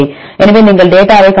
எனவே நீங்கள் டேட்டாவைக் காணலாம்